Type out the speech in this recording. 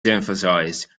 emphasized